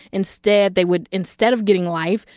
instead, they would instead of getting life,